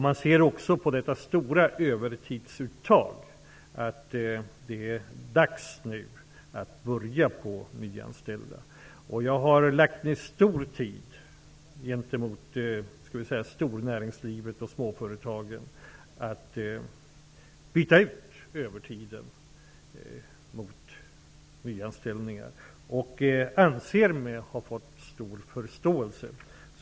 Man ser också på det stora övertidsuttaget att det nu är dags att börja nyanställa. Jag har lagt ner mycket tid för att övertyga de stora i näringslivet och småföretagen om att byta ut övertiden mot nyanställningar. Jag anser mig ha fått stor förståelse.